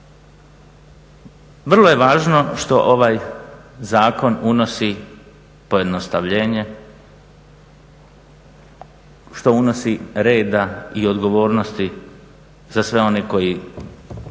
Vrlo je važno što ovaj zakon unosi pojednostavljenje, što unosi reda i odgovornosti za sve one koji